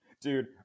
dude